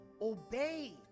obey